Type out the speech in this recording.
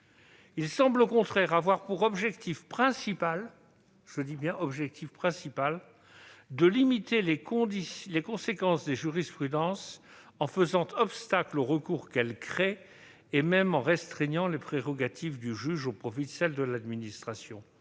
Il semble au contraire avoir pour objectif principal »- j'insiste sur cette expression -« de limiter les conséquences des jurisprudences, en faisant obstacle aux recours qu'elles créent et même en restreignant les prérogatives du juge au profit de celles de l'administration.